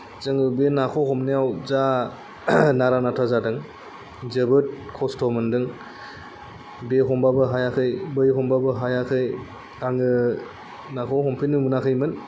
जोङो बे नाखौ हमनायाव जा नारा नाथा जादों जोबोद कस्थ' मोन्दों बे हमबाबो हायाखै बै हमबाबो हायाखै आङो नाखौ हमफैनो मोनाखैमोन